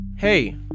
Hey